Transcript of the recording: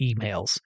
emails